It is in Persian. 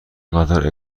قطار